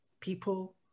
people